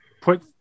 put